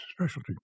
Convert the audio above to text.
specialty